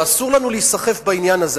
ואסור לנו להיסחף בעניין הזה.